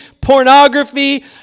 pornography